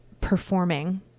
performing